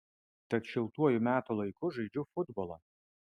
tad šiltuoju metų laiku žaidžiu futbolą